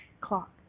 clock